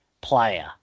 player